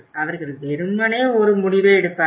அவர்கள் வெறுமனே ஒரு முடிவை எடுப்பார்கள்